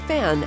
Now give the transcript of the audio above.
Fan